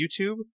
YouTube